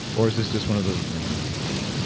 or is this just one of those random things?